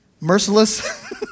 Merciless